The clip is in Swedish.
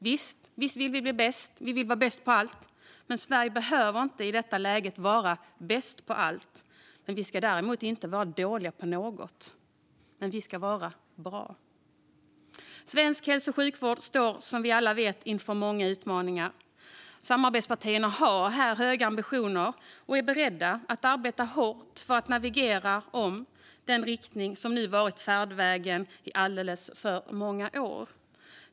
Visst vill vi bli bäst, men Sverige behöver inte i detta läge vara bäst på allt. Vi ska däremot inte vara dåliga på något. Men vi ska vara bra. Svensk hälso och sjukvård står, som vi alla vet, inför många utmaningar. Samarbetspartierna har höga ambitioner och är beredda att arbeta hårt för att ändra den riktning som nu varit färdvägen i alldeles för många år.